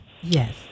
Yes